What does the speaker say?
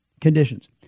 conditions